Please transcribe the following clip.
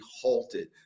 halted